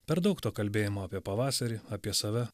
per daug to kalbėjimo apie pavasarį apie save